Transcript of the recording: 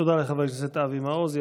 תודה לחבר הכנסת אבי מעוז.